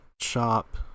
shop